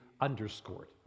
underscored